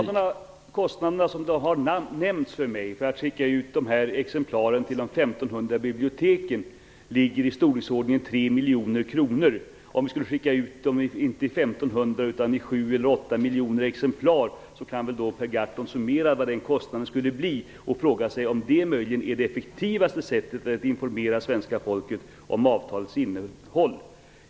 Herr talman! Det har nämnts för mig att kostnaden för att skicka ut exemplar till 1 500 bibliotek är i storleksordningen 3 miljoner kronor. Om vi skulle skicka ut inte 1 500, utan 7 eller 8 miljoner exemplar, kan Per Gahrton summera vad den kostnaden skulle bli och fråga sig om det möjligen är det effektivaste sättet att informera svenska folket om avtalets innehåll.